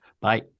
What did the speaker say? Bye